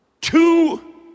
two